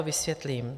Vysvětlím.